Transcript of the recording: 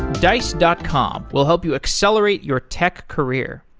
dice dot com will help you accelerate your tech career.